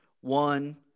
One